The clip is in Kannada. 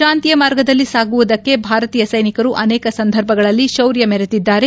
ಶಾಂತಿಯ ಮಾರ್ಗದಲ್ಲಿ ಸಾಗುವುದಕ್ಕೆ ಭಾರತೀಯ ಸೈನಿಕರು ಅನೇಕ ಸಂದರ್ಭಗಳಲ್ಲಿ ಶೌರ್ಯ ಮೆರೆದಿದ್ದಾರೆ